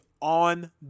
on